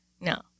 No